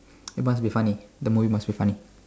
it must funny the movie must be funny